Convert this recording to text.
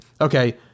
okay